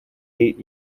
eight